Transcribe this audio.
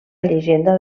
llegenda